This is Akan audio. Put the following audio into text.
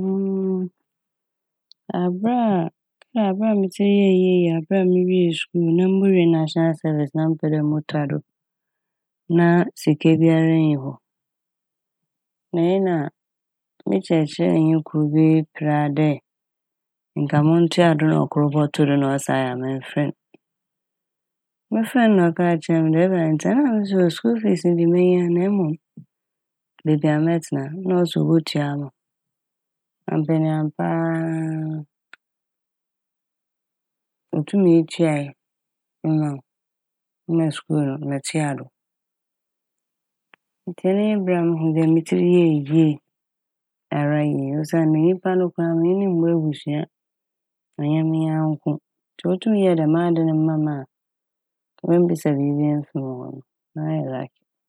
Aber a mɛka dɛ aber a metsir yɛɛ yie yɛ aber a mowie skuul na mobowie "national service" na mepɛ dɛ motoa do na a sika biara nnyi hɔ. Na eyi na me kyerɛkyerɛnyi kor bi peer a dɛ nka montoa do na ɔkor bɔtoo do na ɔse ayɛ a memfrɛ n'. Mefrɛ n' na ɔkaa kyerɛɛ me dɛ ebɛnadze ntsi a na mese oh! skuul fiis ne de menya na mom beebi a mɛtsena na ɔse obotua ama m', ampa ne ampa a otumi tuae ma m' ma skuul no motoa do. Ntsi ɛno nye ber muhu dɛ me tsir yɛɛ yie ara yie osiandɛ nyimpa no koraa a mennye no mmbɔ ebusua a, ɔnnyɛ me nyanko, ntsi otum yɛɛ dɛm ade no ma m' a oemmbisa biibia emmfi me hɔ no mayɛ.